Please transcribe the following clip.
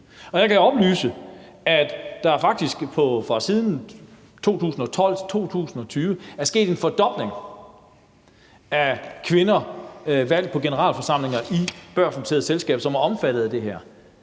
Og jeg kan oplyse, at der faktisk fra 2012 til 2020 er sket en fordobling af antallet af kvinder valgt på generalforsamlinger i børsnoterede selskaber, som er omfattet af det her.